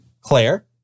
Claire